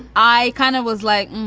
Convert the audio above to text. i kind of was like,